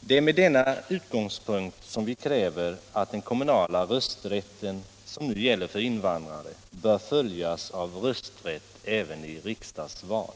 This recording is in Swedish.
Det är med denna utgångspunkt som vi kräver att den kommunala rösträtten, som nu gäller för invandrare, skall följas av rösträtt även till Nr 100 riksdagsval.